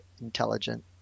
intelligent